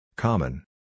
Common